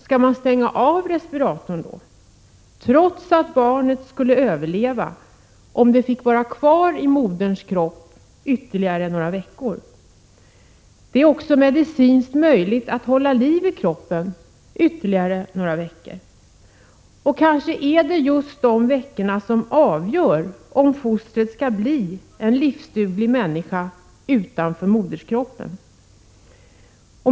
Skall man då stänga av respiratorn, trots att barnet kanske skulle överleva om det fick vara kvar i moderns kropp ytterligare ett par veckor? Det är också medicinskt möjligt att hålla liv i kroppen ytterligare några veckor, och kanske är det just de veckorna som avgör om fostret skall bli en livsduglig människa utanför moderskroppen.